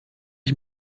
ich